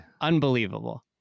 Unbelievable